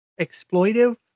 exploitive